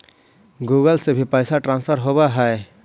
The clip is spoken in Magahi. गुगल से भी पैसा ट्रांसफर होवहै?